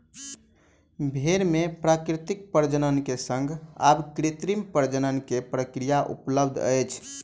भेड़ मे प्राकृतिक प्रजनन के संग आब कृत्रिम प्रजनन के प्रक्रिया उपलब्ध अछि